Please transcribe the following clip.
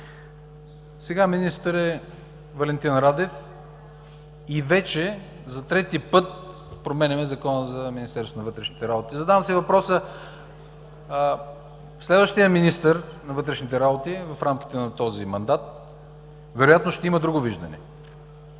Сега министър е Валентин Радев и вече за трети път променяме Закона за МВР. Задавам си въпроса: следващият министър на вътрешните работи в рамките на този мандат вероятно ще има друго виждане?